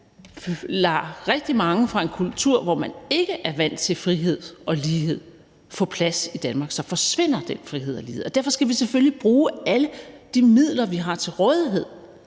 lader rigtig mange fra en kultur, hvor man ikke er vant til frihed og lighed, få plads i Danmark, forsvinder den frihed og lighed, og derfor skal vi selvfølgelig bruge alle de midler, vi har til rådighed,